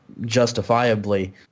justifiably